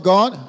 God